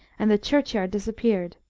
and the churchyard disappeared,